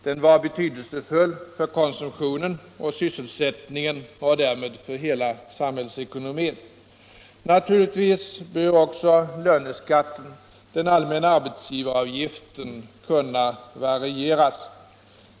Den var betydelsefull för konsumtionen och sysselsättningen och därmed för hela samhällsekonomin. Naturligtvis bör även löneskatten, den allmänna arbetsgivaravgiften, kunna varieras.